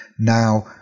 now